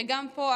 שגם פה,